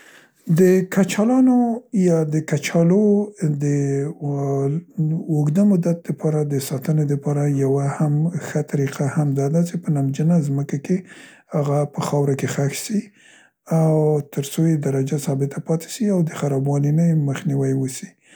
د کچالانو یا د کچالو دا ا ا اوږده مدت د پاره د ساتنې د پاره یوه هم طریقه هم دا ده څې هغه په نمجنه مځکه کې هغه په خاوره کې خښ سي او تر څو یې درجه ثابته پاتې سي او د خرابوالي نه یې مخنیوي وسي.